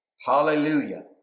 Hallelujah